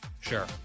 sure